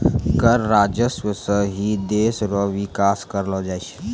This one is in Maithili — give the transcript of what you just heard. कर राजस्व सं ही देस रो बिकास करलो जाय छै